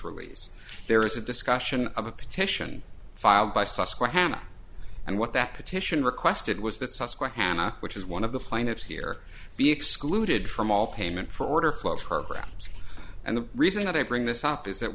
release there is a discussion of a petition filed by subsequent hanna and what that petition requested was that subsequent hanna which is one of the plaintiffs here be excluded from all payment for order flow programs and the reason that i bring this up is that